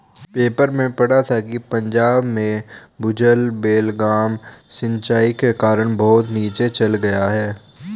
paper में पढ़ा था कि पंजाब में भूजल बेलगाम सिंचाई के कारण बहुत नीचे चल गया है